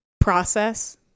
process